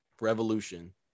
Revolution